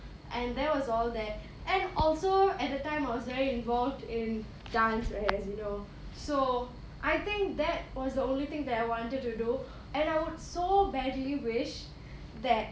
and there was all that and also at that time I was very involved in dance whereas you know so I think that was the only thing that I wanted to do and I would so badly wish that